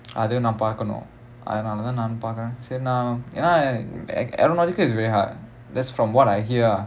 அது நான் பாக்கனும் அதுனால தான் நானும் பாக்குறேன்:athu naan paakkanum athunaala thaan naanum paakkuraen ya lah aeronautical is very hard that's from what I hear ah